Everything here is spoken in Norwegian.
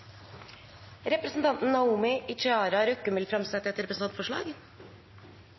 Representanten Naomi Ichihara Røkkum vil framsette et representantforslag.